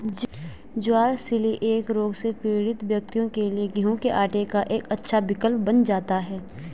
ज्वार celiac रोग से पीड़ित व्यक्तियों के लिए गेहूं के आटे का एक अच्छा विकल्प बन जाता है